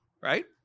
Right